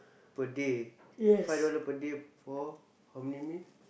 per day five dollar per day for how many meal